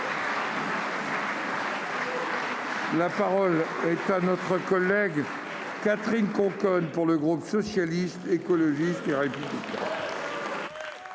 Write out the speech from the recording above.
La parole est à Mme Catherine Conconne, pour le groupe Socialiste, Écologiste et Républicain.